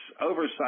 oversight